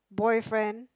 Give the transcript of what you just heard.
boyfriend